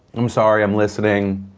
i'm sorry, i'm listening.